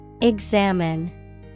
Examine